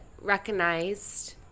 recognized